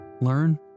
learn